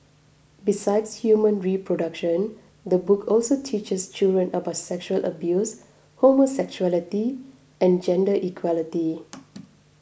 besides human reproduction the book also teaches children about sexual abuse homosexuality and gender equality